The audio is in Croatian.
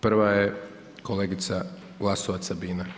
Prva je kolegica Glasovac Sabina.